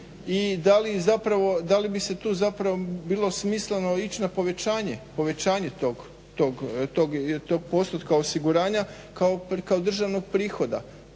i da li bi se tu zapravo smisleno ići na povećanje tog postotka osiguranja kao državnog prihoda?